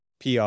PR